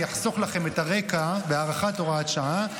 אני אחסוך לכם את הרקע להארכת הוראת השעה.